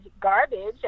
garbage